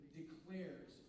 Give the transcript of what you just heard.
declares